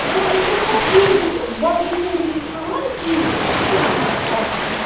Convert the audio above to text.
أسۍ چھِ مطلب یُتھ ٹھیٖک یُتھ باقٕے سٲری چھِ کھٮ۪وان تی چھَس بہٕ تہِ کھٮ۪وان گرس منٛز